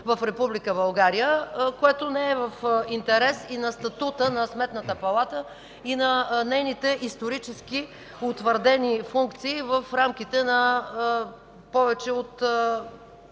България, което не е в интерес и на статута на Сметната палата, и на нейните исторически утвърдени функции и в рамките на повече от